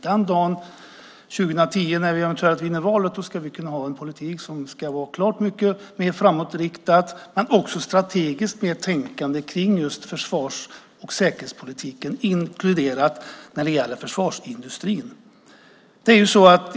Den dagen 2010 när vi eventuellt vinner valet ska vi kunna ha en politik som är klart mycket mer framåtriktad men också strategiskt mer tänkande kring just försvars och säkerhetspolitiken inkluderat försvarsindustrin.